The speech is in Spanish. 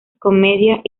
comedias